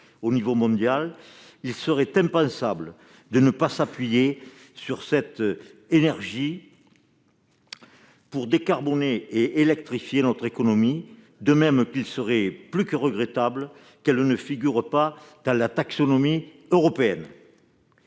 de CO2, il serait impensable de ne pas s'appuyer sur cette énergie pour décarboner et électrifier notre économie et il serait plus que regrettable qu'elle ne figure pas dans la taxonomie européenne.